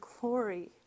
glory